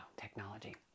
technology